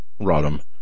Rodham